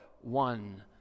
one